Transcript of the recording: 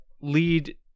lead